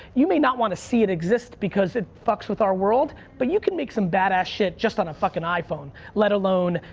you may not want to see it exist because it fucks with our world, but you can make some badass shit just on a fuckin' iphone, let alone,